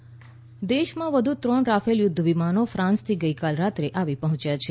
Rafale દેશમાં વધુ ત્રણ રાફેલ યુદ્ધ વિમાનો ફાંસથી ગઈકાલે રાત્રે આવી પહોંચ્યા છે